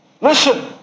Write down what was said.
Listen